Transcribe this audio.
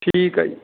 ਠੀਕ ਹੈ ਜੀ